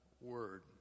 word